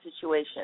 situation